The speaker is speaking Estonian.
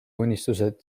unistused